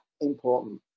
important